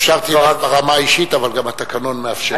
אפשרתי לך ברמה האישית, אבל גם התקנון מאפשר.